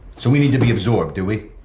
so, we need to be absorbed, do we?